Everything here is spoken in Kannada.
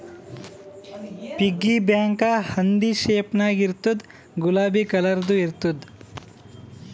ಪಿಗ್ಗಿ ಬ್ಯಾಂಕ ಹಂದಿ ಶೇಪ್ ನಾಗ್ ಇರ್ತುದ್ ಗುಲಾಬಿ ಕಲರ್ದು ಇರ್ತುದ್